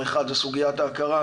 האחד זה סוגיית ההכרה,